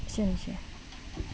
एसेनोसै